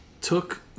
took